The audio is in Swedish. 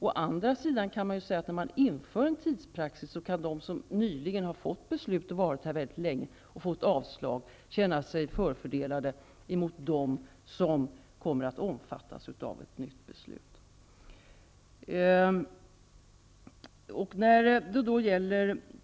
Å andra sidan kan man säga att när en tidspraxis införs kan de som nyligen fått ett beslut om avslag och som varit här väldigt länge känna sig förfördelade gentemot dem som kommer att omfattas av ett nytt beslut.